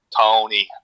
tony